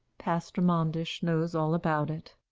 pastor manders knows all about it.